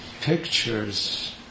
pictures